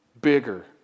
bigger